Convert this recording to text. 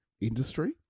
industry